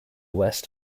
west